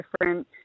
different